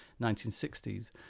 1960s